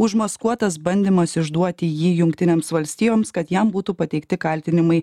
užmaskuotas bandymas išduoti jį jungtinėms valstijoms kad jam būtų pateikti kaltinimai